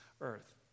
earth